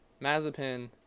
Mazepin